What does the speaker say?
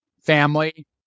family